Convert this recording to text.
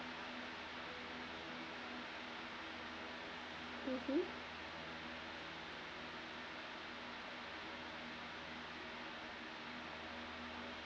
mmhmm